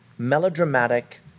melodramatic